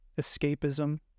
escapism